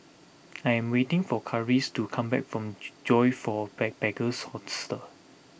I am waiting for Karis to come back from Joyfor Backpackers' Hostel